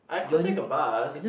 I could take a bus